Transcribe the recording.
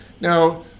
Now